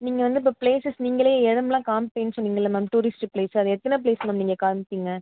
நீங்கள் வந்து இப்போ ப்ளேஸஸ் நீங்களே இடம்லாம் காமிப்பேன்னு சொன்னிங்கள்லே மேம் டூரிஸ்ட்டு பிளேஸ் அது எத்தனை பிளேஸ் மேம் நீங்கள் காமிப்பீங்க